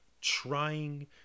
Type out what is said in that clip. trying